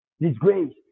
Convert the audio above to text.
Disgrace